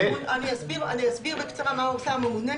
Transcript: אני אסביר בקצרה מה עושה הממונה.